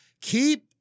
Keep